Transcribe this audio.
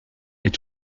est